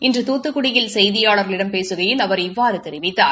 இன்று தூத்துக்குடியில் செய்தியாளர்களிடம் பேசுகையில் அவர் இவ்வாறு தெரிவித்தார்